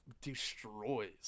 destroys